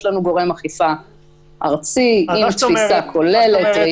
יש לנו גורם אכיפה ארצי עם תפיסה כוללת,